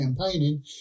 campaigning